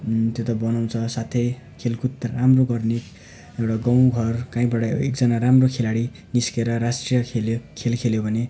त्यो त बनाउँछ साथै खेलकुद त राम्रो गर्ने एउटा गाउँघर काहीबाट एकजना राम्रो खेलाडी निस्केर राष्ट्रिय खेल्यो खेल खेल्यो भने